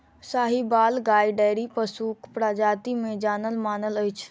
साहिबाल गाय डेयरी पशुक प्रजाति मे जानल मानल अछि